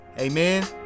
Amen